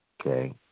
Okay